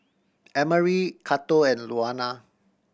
Emory Cato and Luana